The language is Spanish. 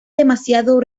demasiado